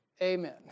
Amen